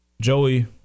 Joey